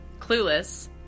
Clueless